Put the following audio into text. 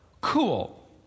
cool